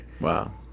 Wow